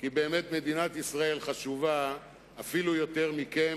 כי באמת מדינת ישראל חשובה אפילו יותר מכם,